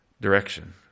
direction